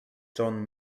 john